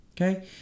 Okay